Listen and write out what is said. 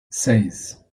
seis